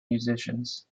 musicians